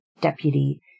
deputy